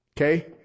Okay